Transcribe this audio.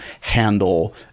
handle